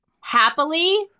Happily